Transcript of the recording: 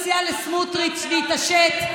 ולכן אני מציעה לסמוטריץ' להתעשת,